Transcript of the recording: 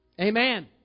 Amen